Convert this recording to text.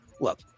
Look